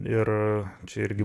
ir čia irgi